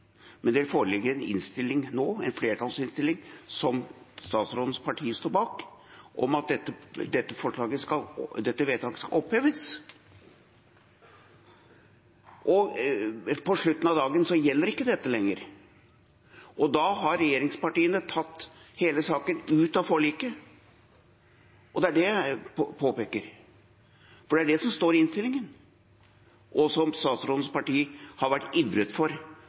men det foreligger en innstilling nå, en flertallsinnstilling som statsrådens parti står bak, om at dette vedtaket skal oppheves. På slutten av dagen gjelder ikke dette vedtaket lenger. Da har regjeringspartiene tatt hele saken ut av forliket, og det er det jeg påpeker. For det er det som står i innstillingen, og som statsrådens parti har ivret for